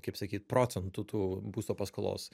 kaip sakyt procentų tų būsto paskolos